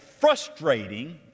frustrating